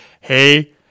Hey